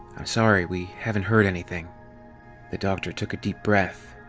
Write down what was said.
i'm sorry, we haven't heard anything the doctor took a deep breath.